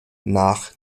nach